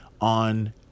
on